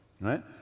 right